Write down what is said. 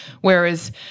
Whereas